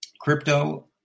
crypto